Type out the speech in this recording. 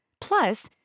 Plus